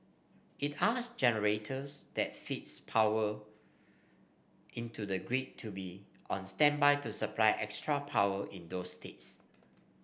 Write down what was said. it asked generators that feeds power into the grid to be on standby to supply extra power in those states